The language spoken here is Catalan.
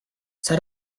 s’ha